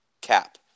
cap